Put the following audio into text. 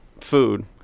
food